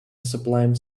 sublime